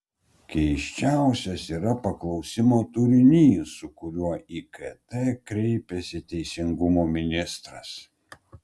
keisčiausias yra paklausimo turinys su kuriuo į kt kreipiasi teisingumo ministras